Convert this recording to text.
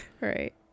Right